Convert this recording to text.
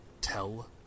Tell